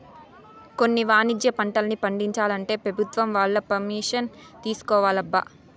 కొన్ని వాణిజ్య పంటల్ని పండించాలంటే పెభుత్వం వాళ్ళ పరిమిషన్ తీసుకోవాలబ్బా